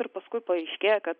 ir paskui paaiškėja kad